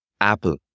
Apple